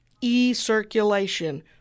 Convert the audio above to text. e-circulation